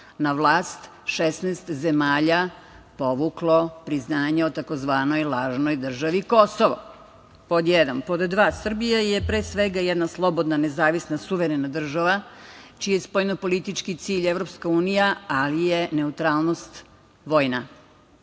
na vlast 16 zemalja povuklo je priznanje o tzv. „lažnoj državi Kosovo“, pod jedan. Pod dva, Srbija je pre svega jedna slobodna, nezavisna, suverena država čiji je spoljno-politički cilj EU, ali je neutralnost vojna.